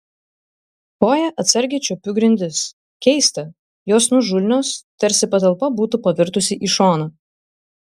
koja atsargiai čiuopiu grindis keista jos nuožulnios tarsi patalpa būtų pavirtusi į šoną